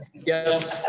yes.